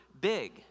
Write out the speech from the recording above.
big